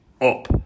up